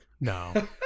No